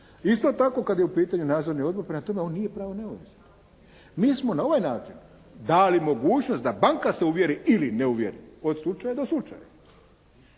Isto tako kad je u pitanju nadzorni odbor. Prema tome, on nije pravno neovisan. Mi smo na ovaj način dali mogućnost da banka se uvjeri ili ne uvjeri od slučaja do slučaja